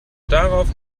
darauf